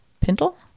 pintle